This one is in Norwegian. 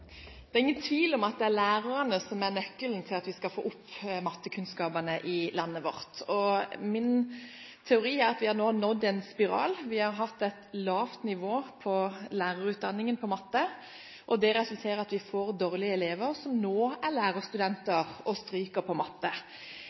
ingen tvil om at det er lærerne som er nøkkelen til å få opp mattekunnskapene i landet vårt. Min teori er at vi nå har nådd en spiral. Vi har hatt et lavt nivå i matte i lærerutdanningen. Det resulterer i at vi får dårlige elever, som nå er lærerstudenter, og som stryker i matte.